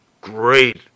great